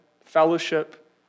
fellowship